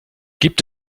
gibt